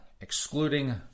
excluding